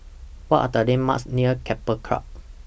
What Are The landmarks near Keppel Club